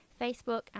Facebook